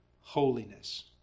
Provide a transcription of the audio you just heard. Holiness